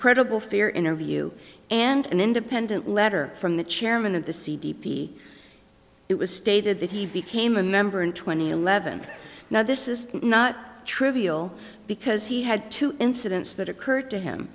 credible fear interview and an independent letter from the chairman of the c d p it was stated that he became a member in two thousand and eleven now this is not trivial because he had two incidents that occurred to him